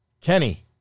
Kenny